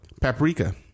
Paprika